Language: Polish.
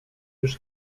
już